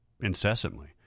incessantly